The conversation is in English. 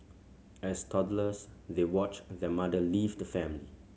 as toddlers they watched their mother leave the family